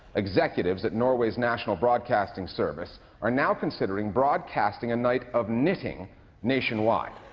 executives at norway's national broadcasting service are now considering broadcasting a night of knitting nationwide.